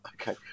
Okay